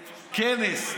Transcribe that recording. כנס משפט ציבורי.